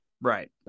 Right